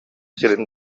сирин